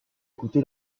écouté